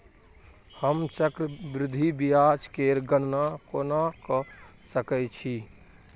हम चक्रबृद्धि ब्याज केर गणना कोना क सकै छी